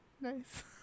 nice